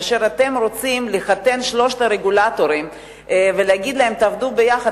כאשר אתם רוצים לחתן את שלושת הרגולטורים ולהגיד להם: תעבדו יחד,